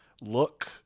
look